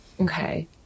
okay